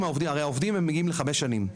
הרי העובדים מגיעים לחמש שנים.